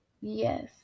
yes